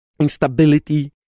instability